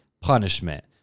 punishment